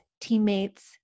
teammates